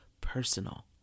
personal